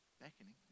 beckoning